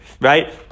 Right